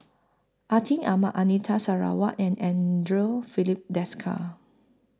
Atin Amat Anita Sarawak and Andre Filipe Desker